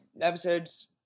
episodes